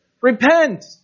Repent